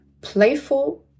playful